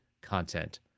content